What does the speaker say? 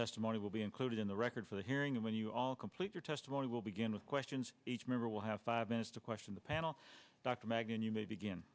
testimony will be included in the record for the hearing and when you all complete your testimony will begin with questions each member will have five minutes to question the panel dr magnan you may be